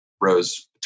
rose